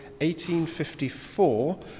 1854